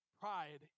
Pride